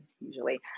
usually